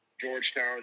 Georgetown